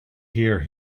here